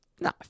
No